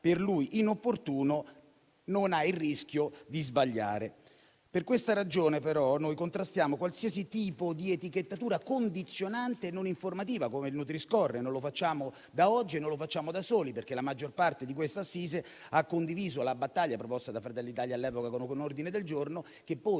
per lui inopportuno non corre il rischio di sbagliare. Per questa ragione, però, noi contrastiamo qualsiasi tipo di etichettatura condizionante non informativa, come il Nutri-score; non lo facciamo da oggi e non lo facciamo da soli, perché la maggior parte di questa assise ha condiviso la battaglia proposta da Fratelli d'Italia all'epoca con un ordine del giorno che pose